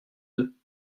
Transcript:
d’eux